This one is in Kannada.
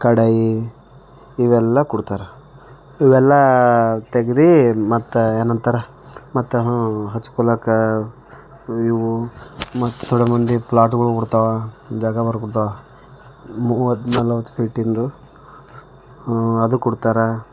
ಕಡಾಯಿ ಇವೆಲ್ಲ ಕೊಡ್ತಾರೆ ಇವೆಲ್ಲ ತೆಗೆದು ಮತ್ತೆ ಏನಂತಾರ ಮತ್ತೆ ಹಾಂ ಹಚ್ಕೊಳ್ಳೋಕ್ಕೆ ಇವು ಮತ್ತೆ ಮಂದಿ ಪ್ಲಾಟ್ಗಳು ಕೊಡ್ತಾವ ಜಾಗವರ ಕೊಡ್ತಾವ ಮೂವತ್ತು ನಲ್ವತ್ತು ಫೀಟಿಂದು ಅದು ಕೊಡ್ತಾರೆ